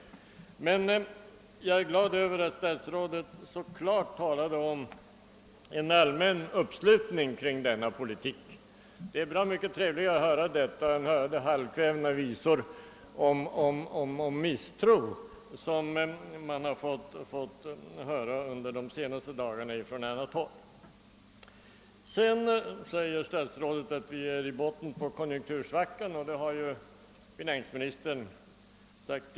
Jag är emellertid glad över att stats rådet så klart talade om en allmän uppslutning kring denna politik. Det är bra mycket trevligare att höra detta än att höra de halvkvädna visorna om misstro som man har fått höra under de senaste dagarna från annat håll. Vidare säger statsrådet att vi är i botten på konjunktursvackan, och detsamma sade finansministern i går.